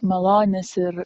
malonės ir